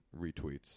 retweets